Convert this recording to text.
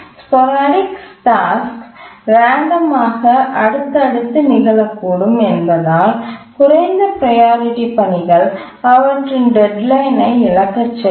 sporadic பணிகள் random ஆக அடுத்தடுத்து நிகழக்கூடும் என்பதால் குறைந்த ப்ரையாரிட்டி பணிகள் அவற்றின் டெட்லைன் ஐ இழக்கச் செய்யும்